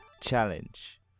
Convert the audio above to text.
Challenge